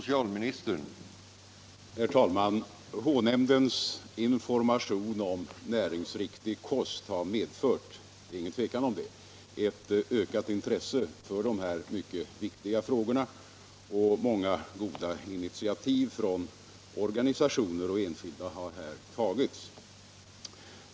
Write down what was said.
Herr talman! H-nämndens information om näringsriktig kost har — det är inget tvivel om det — medfört ett ökat intresse för dessa frågor, och många goda initiativ har här tagits av organisationer och enskilda.